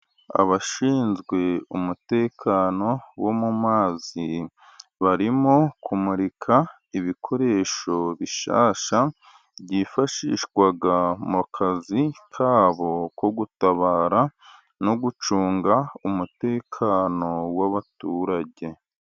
Abashinzwe umutekano wo mu mazi barimo kumurika ibikoresho bishyashya, byifashishwa mu kazi kabo ko gutabara no gucunga umutekano w'abaturage.